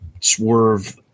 swerve